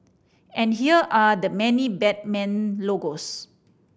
and here are the many Batman logos